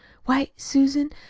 why, susan,